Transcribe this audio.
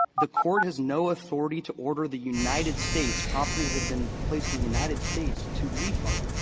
the court has no authority to order the united states property that had been placed in the united states to refund.